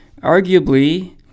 arguably